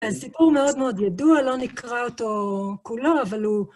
סיפור מאוד מאוד ידוע, לא נקרא אותו כולו, אבל הוא...